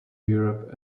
europe